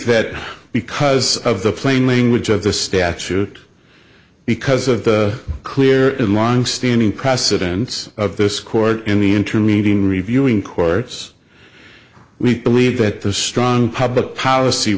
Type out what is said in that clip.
that because of the plain language of the stature because of the clear in long standing precedence of this court in the inter meeting reviewing course we believe that there's strong public policy